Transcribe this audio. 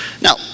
Now